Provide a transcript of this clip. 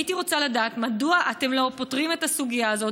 הייתי רוצה לדעת מדוע אתם לא פותרים את הסוגיה הזאת